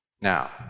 Now